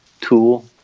tool